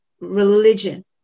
religion